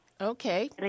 okay